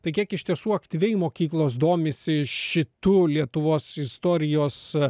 tai kiek iš tiesų aktyviai mokyklos domisi šitu lietuvos istorijos